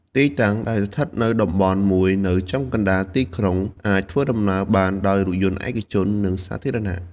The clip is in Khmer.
ទីតាំង ដែលស្ថិតនៅតំបន់មួយនៅចំកណ្តាលទីក្រុង អាចធ្វើដំណើរបានដោយរថយន្តឯកជន និងសាធារណៈ។